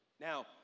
Now